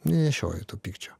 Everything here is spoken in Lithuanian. nenešioju to pykčio